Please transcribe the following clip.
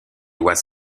lois